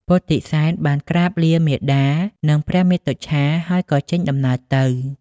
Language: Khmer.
ពុទ្ធិសែនបានក្រាបលាមាតា និងព្រះមាតុច្ឆាហើយក៏ចេញដំណើរទៅ។